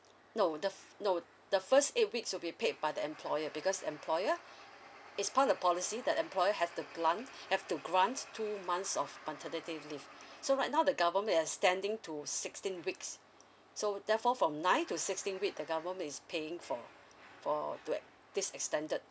no the f~ no the first eight weeks will be paid by the employer because employer it's part of policy that employer have to plant have to grant two months of maternity leave so right now the government extending to sixteen weeks so therefore from ninth to sixteenth week the government is paying for for to e~ this extended